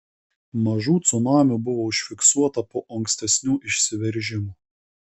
mažų cunamių buvo užfiksuota po ankstesnių išsiveržimų